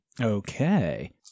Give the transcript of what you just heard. Okay